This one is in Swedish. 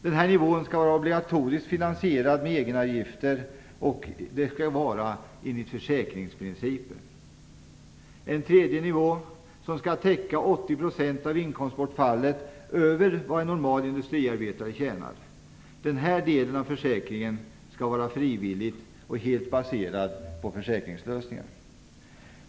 Denna nivå skall vara obligatorisk och finansierad med egenavgifter enligt försäkringsprinciper. En tredje nivå skall täcka 80 % av inkomstbortfallet över vad en normal industriarbetare tjänar. Den delen i försäkringen skall vara frivillig och helt baserad på privata försäkringslösningar.